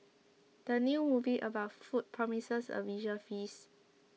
the new movie about food promises a visual feast